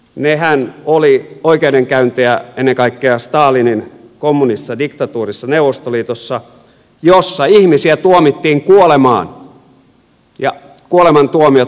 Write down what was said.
nehän olivat oikeudenkäyntejä ennen kaikkea stalinin kommunistisessa diktatuurissa neuvostoliitossa joissa ihmisiä tuomittiin kuolemaan ja kuolemantuomiot pantiin täytäntöön